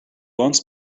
once